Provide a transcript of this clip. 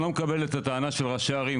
אני לא מקבל את הטענה של ראשי הערים,